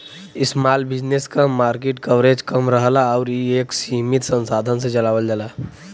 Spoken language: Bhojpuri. स्माल बिज़नेस क मार्किट कवरेज कम रहला आउर इ एक सीमित संसाधन से चलावल जाला